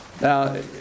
Now